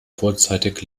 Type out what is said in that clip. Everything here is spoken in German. vorzeitig